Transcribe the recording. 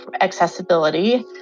accessibility